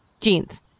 Jeans